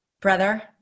brother